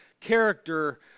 character